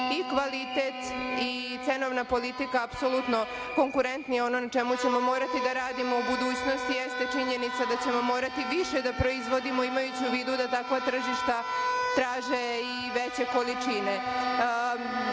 i kvalitet i cenovna politika apsolutno konkurentni, ono na čemu ćemo morati da radimo u budućnosti jeste činjenica da ćemo morati više da proizvodimo imajući u vidu da takva tržišta traže i veće količine. Kratko